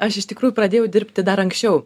aš iš tikrųjų pradėjau dirbti dar anksčiau